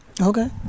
Okay